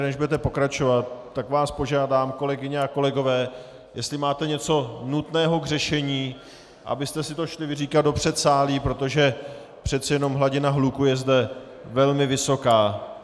Než budete pokračovat, tak vás požádám, kolegyně a kolegové, jestli máte něco nutného k řešení, abyste si to šli vyříkat do předsálí, protože přece jenom hladina hluku je zde velmi vysoká.